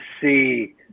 see